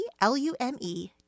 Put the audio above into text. L-U-M-E